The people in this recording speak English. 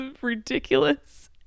ridiculous